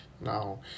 now